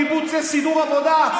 יותר קיבוץ לסידור עבודה,